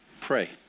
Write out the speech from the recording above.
pray